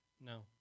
No